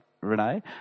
Renee